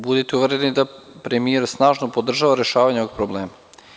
Budite uvereni da premijer snažno podržava rešavanja ovog problema.